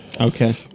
Okay